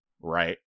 right